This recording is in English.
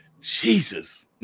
Jesus